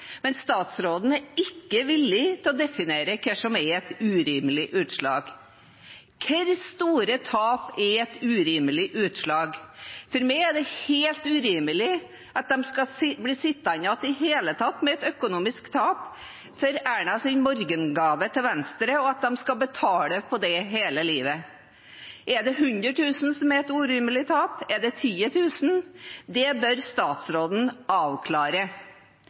men statsråden er ikke villig til å definere hva som er et urimelig utslag. Hvor store tap er et urimelig utslag? For meg er det helt urimelig at de i det hele tatt skal bli sittende med et økonomisk tap for Ernas morgengave til Venstre, og at de skal betale på det hele livet. Er det 100 000 kr som er et urimelig tap, er det 10 000 kr? Det bør statsråden avklare.